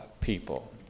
people